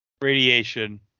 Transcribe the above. Radiation